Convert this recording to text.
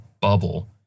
bubble